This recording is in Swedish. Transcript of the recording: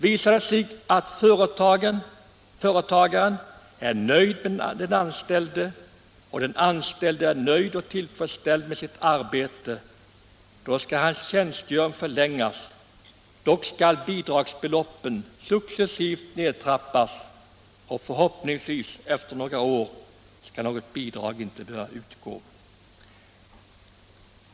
Om företagaren efter denna tid är nöjd med den anställde, och om denne är nöjd och tillfredsställd med sitt arbete, så skall tjänstgöringen kunna förlängas men bidragsbeloppet successivt nedtrappas. Och efter några år skall, förhoppningsvis, något bidrag inte behöva utgå.